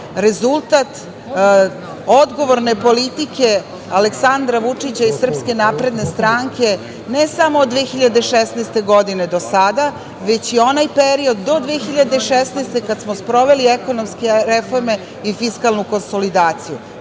rezultat odgovorne politike Aleksandra Vučića i SNS ne samo od 2016. godine do sada, već i onaj period do 2016. godine, kada smo sproveli ekonomske reforme i fiskalnu konsolidaciju.